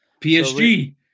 PSG